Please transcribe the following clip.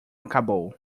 acabou